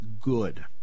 good